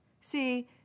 See